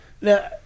Now